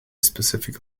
specific